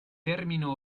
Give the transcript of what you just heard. termino